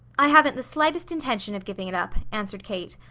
i haven't the slightest intention of giving it up, answered kate.